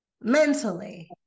mentally